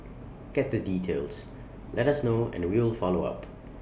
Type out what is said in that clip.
get the details let us know and we will follow up